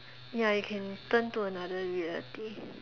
ya you can turn into another reality